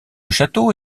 château